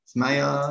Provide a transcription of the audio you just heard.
Smile